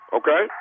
okay